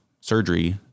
surgery